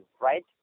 right